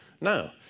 No